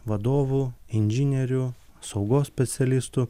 vadovų inžinierių saugos specialistų